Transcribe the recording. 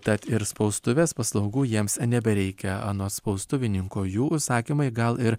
tad ir spaustuvės paslaugų jiems nebereikia anot spaustuvininko jų užsakymai gal ir